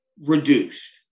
reduced